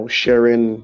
sharing